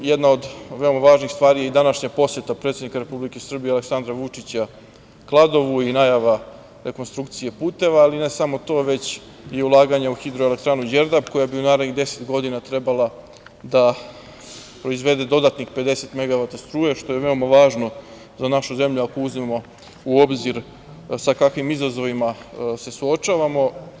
Jedna od veoma važnih stvari je i današnja poseta predsednika Republike Srbije Aleksandra Vučića, Kladovu i najava rekonstrukcije puteva, ali i ne samo to, već i ulaganje u hidroelektranu „Đerdap“ koja u narednih 10 godina trebala da proizvede dodatnih 50 megavata struje, što je veoma važno za našu zemlju, ako uzmemo u obzir sa kakvim izazovima se suočavamo.